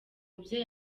umubyeyi